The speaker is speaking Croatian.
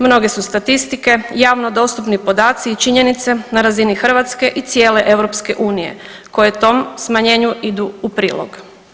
Mnoge su statistike, javno dostupni podaci i činjenice na razini Hrvatske i cijele EU koje tom smanjenju idu u prilog.